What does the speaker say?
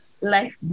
life